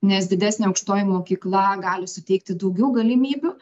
nes didesnė aukštoji mokykla gali suteikti daugiau galimybių